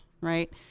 right